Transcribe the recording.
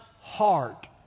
heart